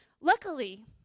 luckily